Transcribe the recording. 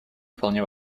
вполне